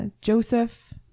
Joseph